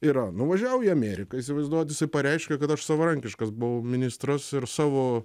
yra nuvažiavo į ameriką įsivaizduojat jisai pareiškė kad aš savarankiškas buvau ministras ir savo